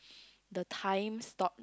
the times stop